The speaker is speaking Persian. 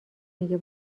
میگه